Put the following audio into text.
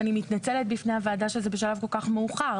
ואני מתנצלת בפני הוועדה שזה בשלב כל כך מאוחר.